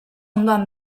ondoan